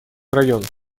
районов